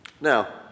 Now